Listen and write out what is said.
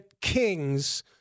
kings